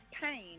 pain